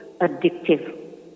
addictive